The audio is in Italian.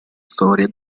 storia